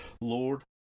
Lord